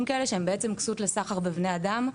כאלה שהם בעצם כסות לסחר בבני אדם,